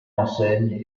enseigne